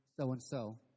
so-and-so